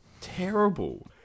terrible